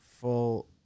full